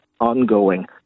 ongoing